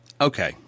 okay